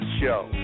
show